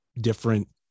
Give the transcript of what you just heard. different